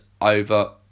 over